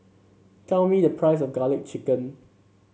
tell me the price of garlic chicken